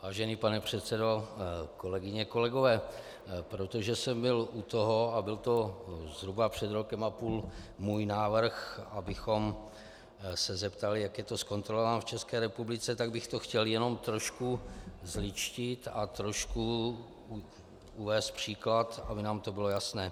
Vážený pane předsedo, kolegyně, kolegové, protože jsem byl u toho a byl to zhruba před rokem a půl můj návrh, abychom se zeptali, jak je to s kontrolami v České republice, tak bych to chtěl jenom trošku zlidštit a trošku uvést příklad, aby nám to bylo jasné.